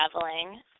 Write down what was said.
traveling